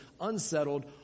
unsettled